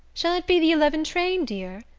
shall it be the eleven train, dear?